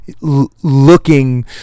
looking